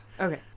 okay